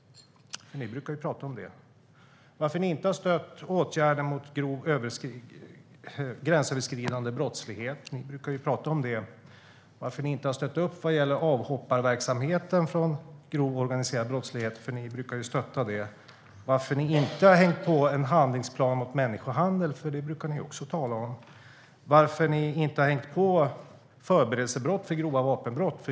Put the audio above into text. Ni brukar ju tala om det. Varför har ni inte stött åtgärder mot grov gränsöverskridande brottslighet? Ni brukar ju tala om det. Varför har ni inte stött avhopparverksamheten när det gäller grov organiserad brottslighet? Ni brukar ju stötta den. Varför har ni inte stött en handlingsplan mot människohandel? Det brukar ni också tala om. Varför har ni inte stött införandet av ett förberedelsebrott när det gäller grovt vapenbrott?